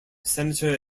senator